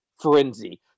frenzy